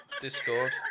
Discord